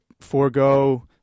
forego